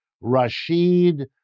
Rashid